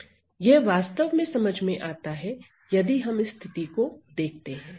यह वास्तव में समझ में आता हैयदि हम इस स्थिति को देखते हैं